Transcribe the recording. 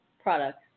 products